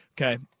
Okay